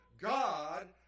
God